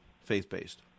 faith-based